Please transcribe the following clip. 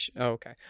okay